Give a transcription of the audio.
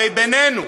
הרי בינינו,